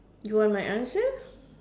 you want my answer